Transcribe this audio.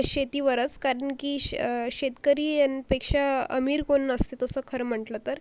शेतीवरच कारण की श् शेतकरी आणि पेक्षा अमीर कोण नसते तसं खरं म्हटलं तर